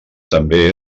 també